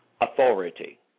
authority